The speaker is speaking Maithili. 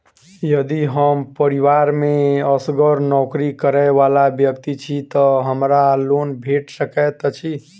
यदि हम परिवार मे असगर नौकरी करै वला व्यक्ति छी तऽ हमरा लोन भेट सकैत अछि?